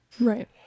Right